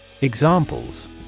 Examples